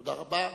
תודה רבה.